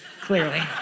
clearly